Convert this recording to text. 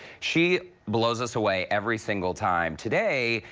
she blows us away every single time today.